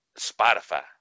Spotify